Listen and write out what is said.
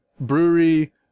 brewery